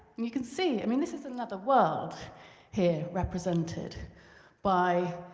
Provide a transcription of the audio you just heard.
and you can see, i mean this is another world here represented by